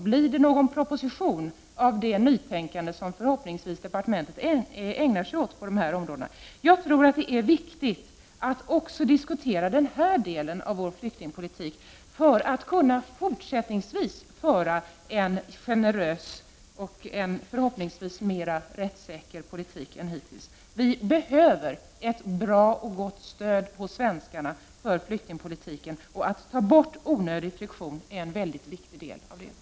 Blir det någon proposition med anledning av det nytänkande som förhoppningsvis departementet ägnar sig åt på dessa områden? Jag tror att det är viktigt att också diskutera den här delen av vår flyktingpolitik för att kunna fortsättningsvis föra en generös och en förhoppningsvis mera rättssäker politik än hittills. Vi behöver ett gott stöd åt svenskarna när det gäller flyktingpolitiken. Att ta bort onödig friktion är en väldigt viktig del av det.